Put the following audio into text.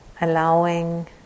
allowing